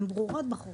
הן ברורות בחוק.